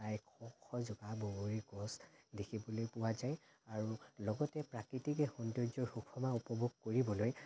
প্ৰায় শ শজোপা বগৰী গছ দেখিবলৈ পোৱা যায় আৰু লগতে প্ৰাকৃতিক সৌন্দৰ্য্য সুষমা উপভোগ কৰিবলৈ